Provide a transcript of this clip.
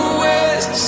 west